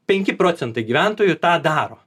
penki procentai gyventojų tą daro